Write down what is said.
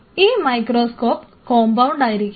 ഈ microscope compound ആയിരിക്കാം